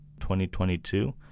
2022